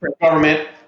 government